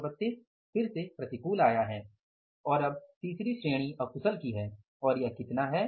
432 फिर से प्रतिकूल है और अब तीसरी श्रेणी अकुशल की है और यह कितना है